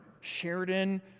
Sheridan